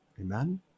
Amen